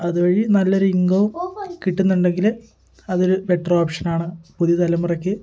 അതുവഴി നല്ലൊരു ഇൻകവും കിട്ടുന്നുണ്ടെങ്കിൽ അതൊരു ബെറ്റർ ഓപ്ഷനാണ് പുതിയ തലമുറയ്ക്ക്